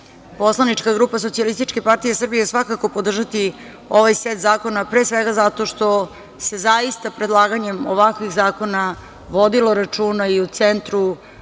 Poslanička grupa SPS svakako podržati ovaj set zakona, pre svega zato što se zaista predlaganjem ovakvih zakona vodilo računa i u centru